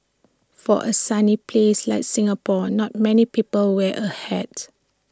for A sunny place like Singapore not many people wear A hat